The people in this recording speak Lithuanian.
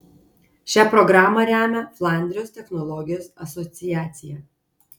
šią programą remia flandrijos technologijos asociacija